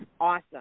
Awesome